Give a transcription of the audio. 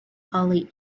early